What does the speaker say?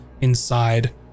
inside